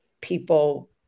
people